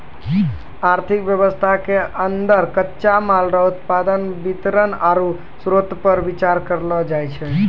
आर्थिक वेवस्था के अन्दर कच्चा माल रो उत्पादन वितरण आरु श्रोतपर बिचार करलो जाय छै